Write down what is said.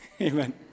Amen